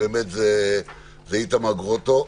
זה איתמר גרוטו.